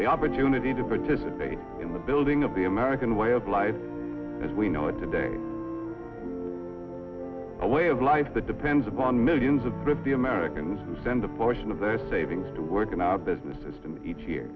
the opportunity to participate in the building of the american way of life as we know it today a way of life that depends upon millions of brave the americans who send a portion of their savings to work in our businesses each year